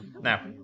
Now